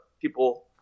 people